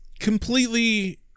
completely